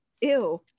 ew